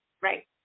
Right